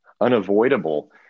unavoidable